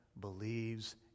believes